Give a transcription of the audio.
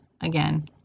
again